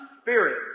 Spirit